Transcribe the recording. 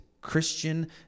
Christian